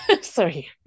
Sorry